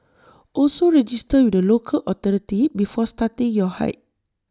also register with the local authority before starting your hike